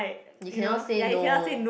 you cannot say no